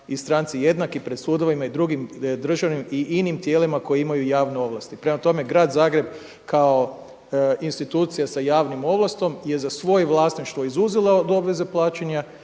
i stranci jednaki pred sudovima i drugim državnim i inim tijelima koje imaju javne ovlasti. Prema tome, grad Zagreb kao institucija sa javnim ovlastom je kao vlasništvo izuzela od obveze plaćanja